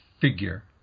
figure